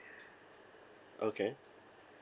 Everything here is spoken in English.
okay